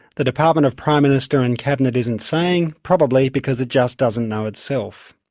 the department of prime minister and cabinet isn't saying, probably because it just doesn't know itself.